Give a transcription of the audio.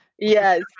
Yes